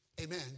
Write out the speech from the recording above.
Amen